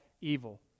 evil